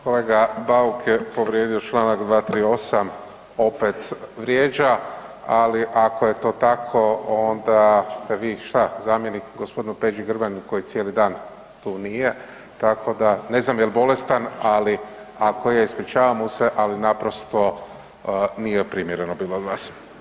Kolega Bauk je povrijedio Članak 238., opet vrijeđa, ali ako je to tako onda ste vi šta zamjenik gospodinu Peđi Grbinu koji cijeli dan tu nije, tako da, ne znam je li bolestan, ali ako je ispričavam mu se ali naprosto nije primjereno bilo od vas.